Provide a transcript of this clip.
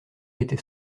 était